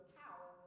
power